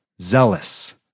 zealous